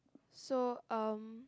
so um